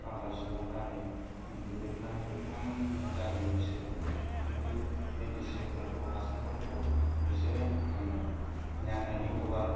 बांगाल सुबुंफ्रा नै दुब्लिफ्रानो गोथां जाजोबो बिसोरो खिन्थु मेडिशिनफोरखौ हासारफोरखौ बिसोरो नांनायनि अभार